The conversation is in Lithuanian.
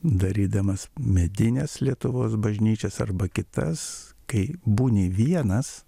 darydamas medines lietuvos bažnyčias arba kitas kai būni vienas